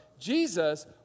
Jesus